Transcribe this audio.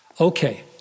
okay